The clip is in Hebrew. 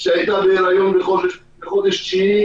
שהייתה בהיריון בחודש תשיעי